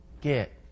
get